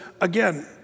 again